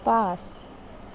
পাঁচ